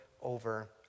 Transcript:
over